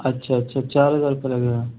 اچھا اچھا اچھا چار ہزار روپئے لگے گا